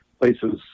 places